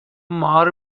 مار